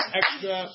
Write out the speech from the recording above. extra